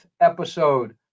episode